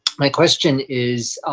my question is